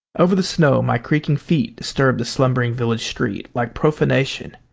over the snow my creaking feet disturbed the slumbering village street like profanation,